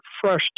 fresh